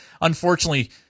unfortunately